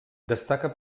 destaca